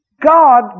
God